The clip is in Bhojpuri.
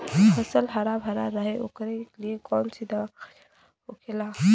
फसल हरा भरा रहे वोकरे लिए कौन सी दवा का छिड़काव होखेला?